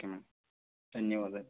okay madam ధన్యవాదాలు